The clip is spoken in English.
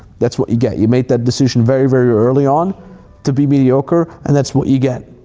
that's what you get. you made that decision very, very early on to be mediocre, and that's what you get.